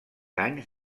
anys